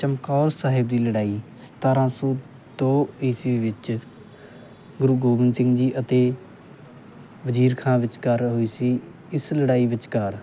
ਚਮਕੌਰ ਸਾਹਿਬ ਦੀ ਲੜਾਈ ਸਤਾਰਾਂ ਸੌ ਦੋ ਈਸਵੀ ਵਿੱਚ ਗੁਰੂ ਗੋਬਿੰਦ ਸਿੰਘ ਜੀ ਅਤੇ ਵਜ਼ੀਰ ਖਾਂ ਵਿਚਕਾਰ ਹੋਈ ਸੀ ਇਸ ਲੜਾਈ ਵਿਚਕਾਰ